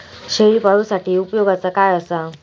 शेळीपाळूसाठी उपयोगाचा काय असा?